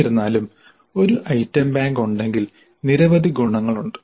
എന്നിരുന്നാലും ഒരു item bank ഉണ്ടെങ്കിൽ നിരവധി ഗുണങ്ങളുണ്ട്